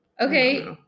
Okay